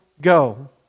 go